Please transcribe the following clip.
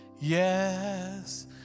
Yes